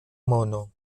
mono